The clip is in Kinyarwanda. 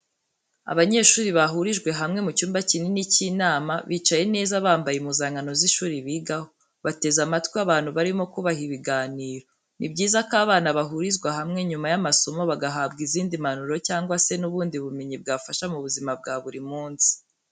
Abanyeshuri bahurijwe hamwe mu cyumba kinini cy'inama bicaye neza bambaye impuzankano z'ishuri bigaho, bateze amatwi abantu barimo kubaha ibiganiro, ni byiza ko abana bahurizwa hamwe nyuma y'amasomo bagahabwa izindi mpanuro cyangwa se n'ubundi bumenyi bwabafasha mu buzima bwa buri munsi.